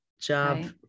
job